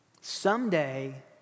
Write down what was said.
someday